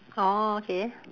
orh okay